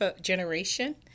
generation